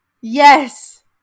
yes